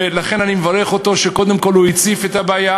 לכן אני מברך אותו קודם כול על כך שהוא הציף את הבעיה